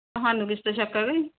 ਤੁਹਾਨੂੰ ਕਿਸੇ 'ਤੇ ਸ਼ੱਕ ਹੈਗਾ ਜੀ